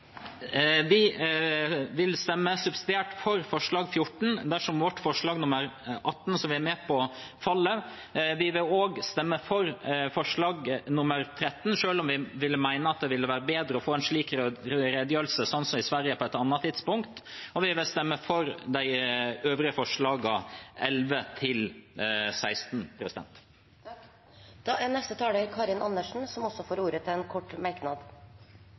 Vi vil stemme subsidiært for forslag nr. 14 dersom forslag nr. 17, som vi er med på, faller. Vi vil også stemme for forslag nr. 13, selv om vi mener det ville være bedre å få en slik redegjørelse som den i Sverige på et annet tidspunkt. Vi vil stemme for forslagene nr. 11–16. Representanten Karin Andersen har hatt ordet to ganger tidligere og får ordet til en kort merknad,